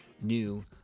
new